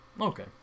okay